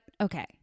okay